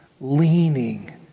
leaning